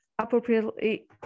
appropriately